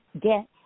get